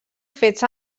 fets